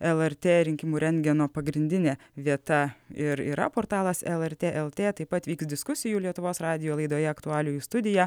lrt rinkimų rentgeno pagrindinė vieta ir yra portalas lrt lt taip pat vyks diskusijų lietuvos radijo laidoje aktualijų studija